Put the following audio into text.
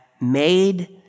made